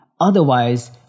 Otherwise